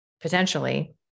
potentially